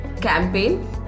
campaign